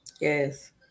yes